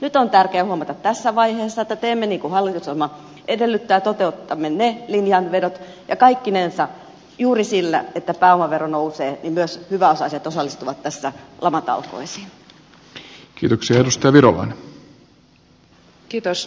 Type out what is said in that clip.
nyt on tärkeä huomata tässä vaiheessa että teemme niin kuin hallitusohjelma edellyttää toteutamme ne linjanvedot ja kaikkinensa juuri sillä että pääomavero nousee myös hyväosaiset osallistuvat tässä lamatalkoisiin